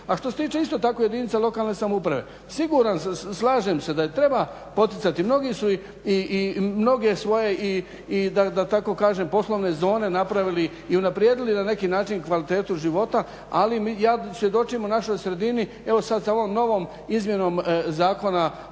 A što se tiče isto tako jedinica lokalne samouprave, siguran sam, slažem se da treba poticati, mnogi su i mnoge svoje da tako kažem poslovne zone napravili i unaprijedili na neki način kvalitetu života. Ali ja svjedočim u našoj sredini evo sada sa ovom novom izmjenom zakona,